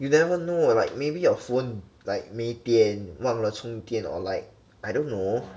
you never know like maybe your phone like 没点忘了充电 or like I don't know